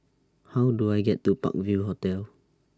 How Do I get to Park View Hotel